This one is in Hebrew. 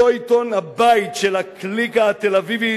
אותו "עיתון הבית" של הקליקה התל-אביבית,